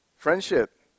Friendship